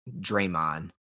Draymond